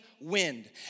wind